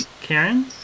Karen